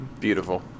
beautiful